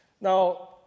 Now